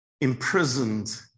imprisoned